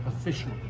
officially